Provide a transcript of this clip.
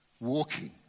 walking